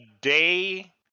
day